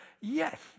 Yes